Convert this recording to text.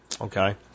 Okay